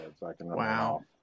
Wow